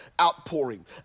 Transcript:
outpouring